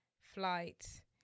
flight